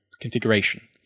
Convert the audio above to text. configuration